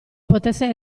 potesse